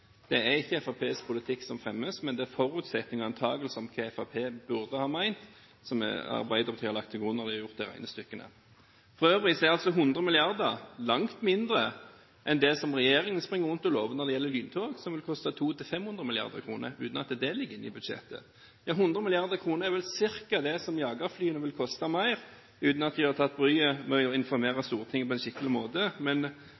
Det er ikke Fremskrittspartiets politikk som fremmes, men det er forutsetninger og antakelser om hva Fremskrittspartiet burde ha ment, som Arbeiderpartiet har lagt til grunn når de har gjort de regnestykkene. For øvrig er 100 mrd. kr langt mindre enn det regjeringen springer rundt og lover når det gjelder lyntog, som vil koste 200–500 mrd. kr, uten at det ligger inne i budsjettet. Ja, 100 mrd. kr er vel ca. det som jagerflyene vil koste mer, uten at man har tatt seg bryet med å informere